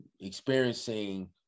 experiencing